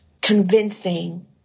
convincing